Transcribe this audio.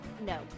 No